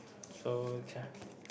so ch~